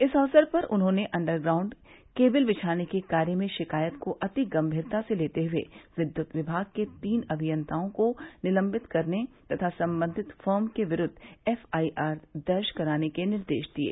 इस अवसर पर उन्होंने अन्डरग्राउंड केबिल बिछाने के कार्य में शिकायत को अति गंभीरता से लेते हुए विद्युत विभाग के तीन अभियंताओं को निलंबित करने तथा संबंधित फर्म के विरूद्व एफआईआर दर्ज कराने के निर्देश दिये